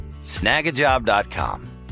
Snagajob.com